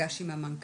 מפגש עם המנכ"ל,